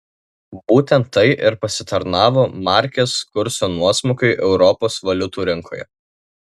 būtent tai ir pasitarnavo markės kurso nuosmukiui europos valiutų rinkoje